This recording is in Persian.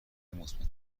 مثبت